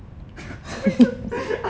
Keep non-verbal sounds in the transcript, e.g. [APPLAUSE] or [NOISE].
[LAUGHS]